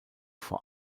vor